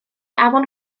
afon